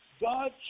God